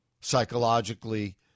psychologically